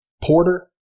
Porter